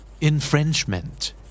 infringement